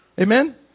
Amen